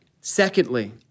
Secondly